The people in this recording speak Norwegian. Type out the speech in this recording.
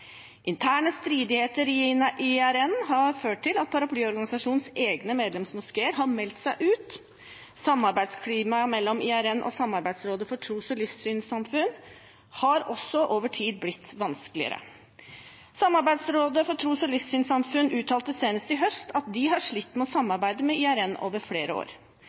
Interne stridigheter i IRN har ført til at paraplyorganisasjonens egne medlemsmoskeer har meldt seg ut. Samarbeidsklimaet mellom IRN og Samarbeidsrådet for tros- og livssynssamfunn har også over tid blitt vanskeligere. Samarbeidsrådet for tros- og livssynssamfunn uttalte senest i høst at de har slitt med å samarbeide med IRN over flere år.